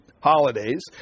holidays